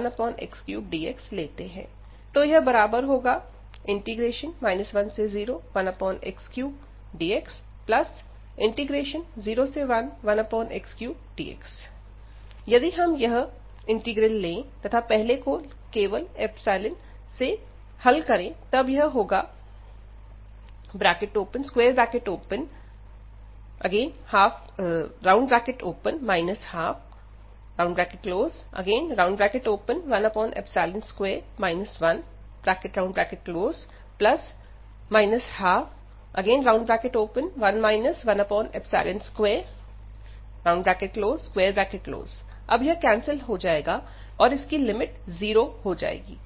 111x3dx लेते हैं तो यह बराबर होगा 101x3dx011x3dx यदि हम यह तो इंटीग्रल लें तथा पहले को केवल से हल करें तब यह होगा 1212 1 121 12 अब यह कैंसिल हो जाएगा और इसकी लिमिट जीरो हो जाएगी